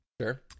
Sure